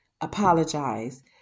apologize